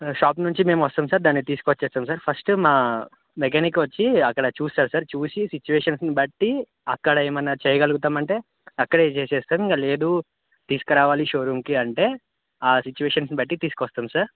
shop నుంచి మేము వస్తాం సార్ దాన్ని తీసుకొచ్చేస్తాం సార్ ఫస్ట్ మా మెకానిక్ వచ్చి అక్కడ చూస్తారు సార్ చూసి సిచ్యువేషన్స్ని బట్టి అక్కడ ఏమన్నా చేయగలుగుతామంటే అక్కడే చేసేస్తాం ఇంక లేదు తీసుకురావాలి షోరూమ్కి అంటే ఆ సిచ్యువేషన్స్ని బట్టి తీసుకొస్తాం సార్